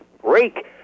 break